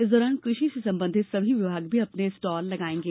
इस दौरान कृषि से संबंधित सभी विभाग भी अपने स्टाल लगाएंगे